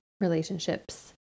relationships